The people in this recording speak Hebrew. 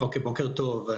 בוקר טוב.